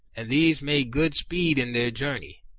and these made good speed in their journey.